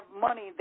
money